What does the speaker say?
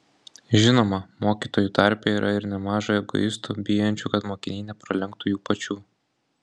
žinoma mokytojų tarpe yra ir nemaža egoistų bijančių kad mokiniai nepralenktų jų pačių